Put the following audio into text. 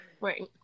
right